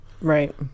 Right